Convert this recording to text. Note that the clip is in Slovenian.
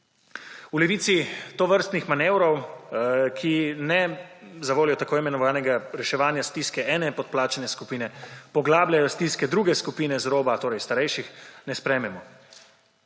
V Levici tovrstnih manevrov, ki ne zavoljo tako imenovanega reševanja stiske ene podplačane skupine poglabljajo stiske druge skupine z roba, torej starejših, ne sprejmemo.